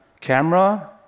camera